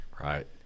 Right